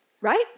right